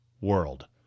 world